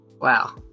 Wow